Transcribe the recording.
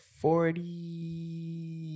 Forty